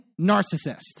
narcissist